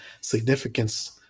significance